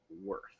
worth